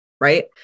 right